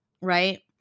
right